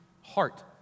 heart